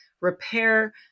repair